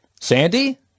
Sandy